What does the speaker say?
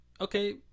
okay